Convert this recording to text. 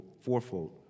fourfold